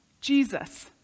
Jesus